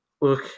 look